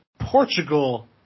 Portugal